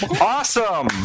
Awesome